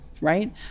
right